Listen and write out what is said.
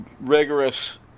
rigorous